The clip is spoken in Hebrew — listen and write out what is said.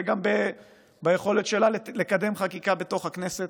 גם ביכולת שלה לקדם חקיקה בתוך הכנסת